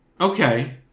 Okay